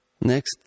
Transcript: Next